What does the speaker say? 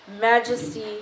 majesty